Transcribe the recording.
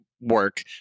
work